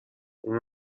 اون